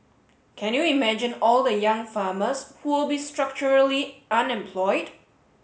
can you imagine all the young farmers who will be structurally unemployed